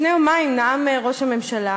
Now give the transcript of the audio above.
לפני יומיים נאם ראש הממשלה,